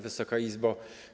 Wysoka Izbo!